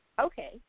Okay